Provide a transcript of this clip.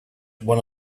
one